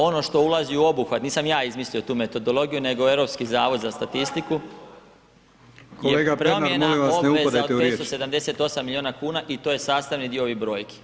Ono što ulazi u obuhvat, nisam ja izmislio tu metodologiju, nego Europski zavod za statistiku… ... [[Upadica se ne čuje.]] [[Upadica Brkić: Kolega Pernar molim vas ne upadajte u riječ.]] je promjena obveza od 578 milijuna kuna i to je sastavni dio ovih brojki.